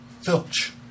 Filch